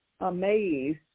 amazed